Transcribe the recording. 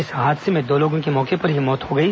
इस हादसे में दो लोगों की मौके पर ही मौत हो गई